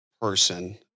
person